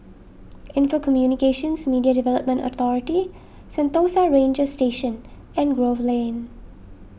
Info Communications Media Development Authority Sentosa Ranger Station and Grove Lane